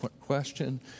question